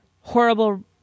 horrible